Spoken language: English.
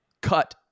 cut